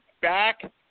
back